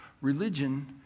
Religion